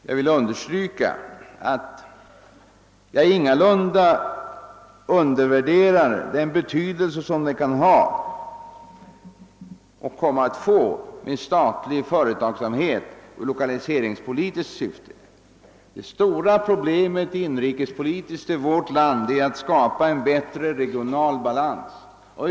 Jag vill understryka att jag ingalunda underskattar den betydelse statlig företagsamhet har och kan komma att få i lokaliseringspolitiskt syfte. Det stora inrikespolitiska problemet i vårt land är att skapa en bättre regional balans.